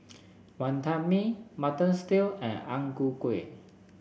Wonton Mee Mutton Stew and Ang Ku Kueh